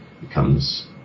becomes